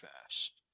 fast